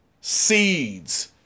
seeds